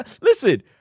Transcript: listen